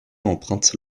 emprunte